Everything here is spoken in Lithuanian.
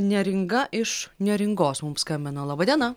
neringa iš neringos mums skambina laba diena